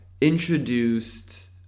introduced